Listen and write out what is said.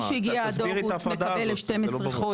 מי שהגיע עד אוגוסט מקבל 12 חודש,